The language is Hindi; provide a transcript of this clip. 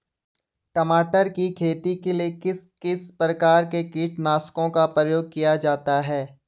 टमाटर की खेती के लिए किस किस प्रकार के कीटनाशकों का प्रयोग किया जाता है?